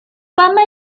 fama